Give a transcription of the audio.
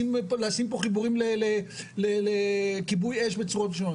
פה חיבורים לכיבוי אש בצורות שונות.